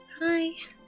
Hi